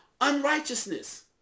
unrighteousness